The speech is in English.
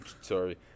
sorry